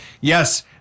yes